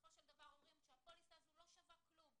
שבסופו של דבר אומרים שהפוליסה הזו לא שווה כלום.